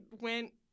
went